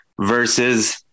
versus